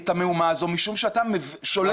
המהומה הזו משום שאתה שולח הרבה מאוד